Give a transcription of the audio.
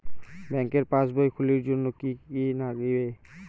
ব্যাঙ্কের পাসবই খুলির জন্যে কি কি নাগিবে?